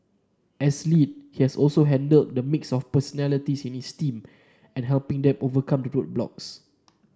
as lead he has also handle the mix of personalities in his team and helping them overcome the roadblocks